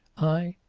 i?